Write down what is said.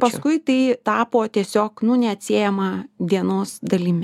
paskui tai tapo tiesiog neatsiejama dienos dalimi